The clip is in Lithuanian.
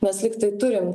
mes lygtai turim